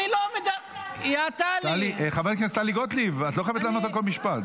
אני מוסיף לך זמן על ההפרעה הזאת,